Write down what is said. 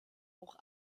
auch